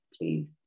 please